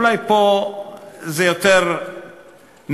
אולי פה זה יותר מחייב,